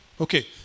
Okay